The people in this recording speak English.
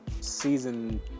season